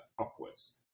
upwards